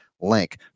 link